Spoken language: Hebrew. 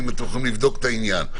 אם תוכל לבדוק את העניין,